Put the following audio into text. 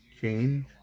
change